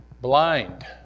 blind